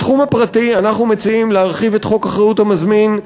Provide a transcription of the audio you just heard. בתחום הפרטי אנחנו מציעים להרחיב את חוק אחריות המזמין,